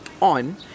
on